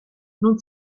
non